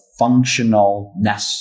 functionalness